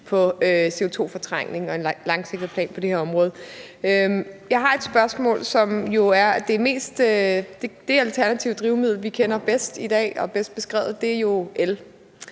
om CO2-fortrængninger; en langsigtet plan for det her område. Jeg har et spørgsmål. Det alternative drivmiddel, vi kender bedst i dag og er bedst beskrevet, er jo el.